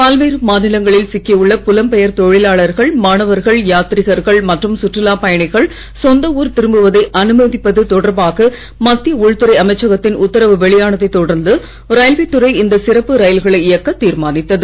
பல்வேறு மாநிலங்களில் சிக்கியுள்ள புலம்பெயர் தொழிலாளர்கள் மாணவர்கள் யாத்திரிகர்கள் மற்றும் சுற்றுலாப் பயணிகள் சொந்த ஊர் திரும்புவதை அனுமதிப்பது தொடர்பாக மத்திய உள்துறை அமைச்சகத்தின் உத்தரவு வெளியானதை தொடர்ந்து ரயில்வேத் துறை இந்த சிறப்பு ரயில்களை இயக்க தீர்மானித்தது